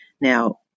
Now